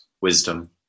wisdom